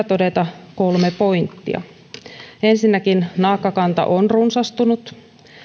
todeta kolme pointtia ensinnäkin naakkakanta on runsastunut